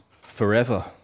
forever